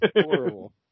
horrible